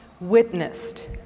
witnessed,